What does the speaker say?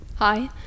Hi